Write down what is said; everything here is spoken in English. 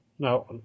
Now